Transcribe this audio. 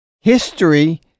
history